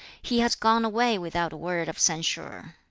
he has gone away without a word of censure.